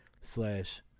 slash